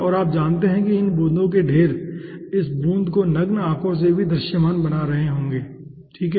और आप जानते हैं कि इन बूंदों के ढेर इस बूंद को नग्न आंखों से भी दृश्यमान बना रहे होंगे ठीक है